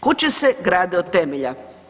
Kuće se grade od temelja.